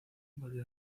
volvió